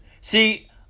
See